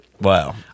wow